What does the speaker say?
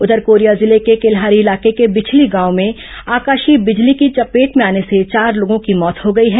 उघर कोरिया जिले के केल्हारी इलाके के बिछली गांव में आकाशीय बिजली की चपेट में आने से चार लोगों की मौत हो गई है